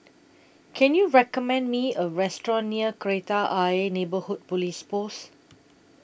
Can YOU recommend Me A Restaurant near Kreta Ayer Neighbourhood Police Post